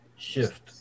shift